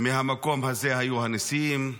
מהמקום הזה היו הניסים,